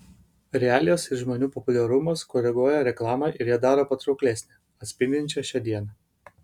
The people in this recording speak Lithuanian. realijos ir žmonių populiarumas koreguoja reklamą ir ją daro patrauklesnę atspindinčią šią dieną